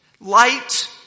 Light